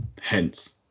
Hence